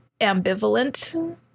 ambivalent